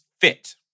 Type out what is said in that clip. fit